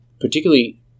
particularly